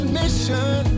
mission